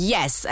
Yes